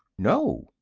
no,